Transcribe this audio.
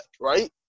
Right